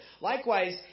Likewise